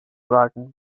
sagen